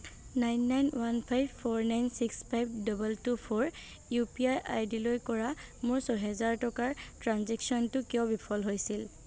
nine nine one five four nine six five double two four U P I আইডিলৈ কৰা মোৰ ছয় হাজাৰ টকাৰ ট্ৰেঞ্জেক্শ্য়নটো কিয় বিফল হৈছিল